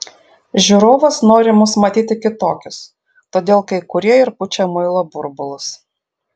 žiūrovas nori mus matyti kitokius todėl kai kurie ir pučia muilo burbulus